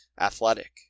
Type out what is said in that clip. athletic